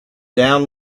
down